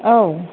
औ